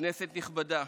כנסת נכבדה,